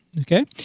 Okay